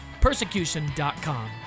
persecution.com